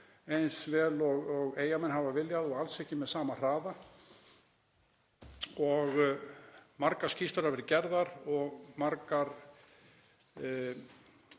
eins vel og Eyjamenn hafa viljað og alls ekki með sama hraða. Margar skýrslur hafa verið gerðar. Auðvitað